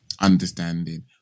understanding